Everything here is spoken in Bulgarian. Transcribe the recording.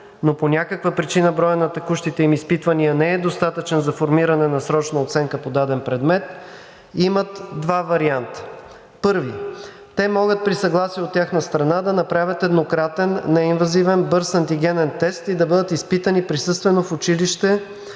но по някаква причина броят на текущите им изпитвания не е достатъчен за формиране на срочна оценка по даден предмет, имат два варианта. Първи – те могат при съгласие от тяхна страна да направят еднократен неинвазивен бърз антигенен тест и да бъдат изпитани присъствено в училище